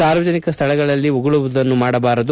ಸಾರ್ವಜನಿಕ ಸ್ಠಳಗಳಲ್ಲಿ ಉಗುಳುವುದನ್ನು ಮಾಡಬಾರದು